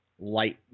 light